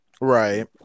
Right